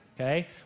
okay